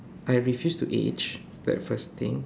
I refuse to age that first thing